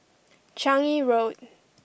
Changi Road